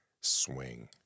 swing